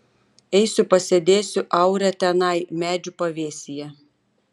eisiu pasėdėsiu aure tenai medžių pavėsyje